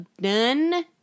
done